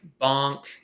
bonk